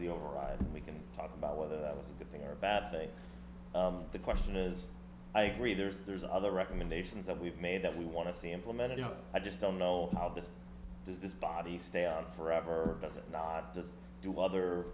the overriding we can talk about whether that was a good thing or a bad thing the question is i agree there's there's other recommendations that we've made that we want to see implemented you know i just don't know how this does this body stay out forever does it not just do other